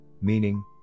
meaning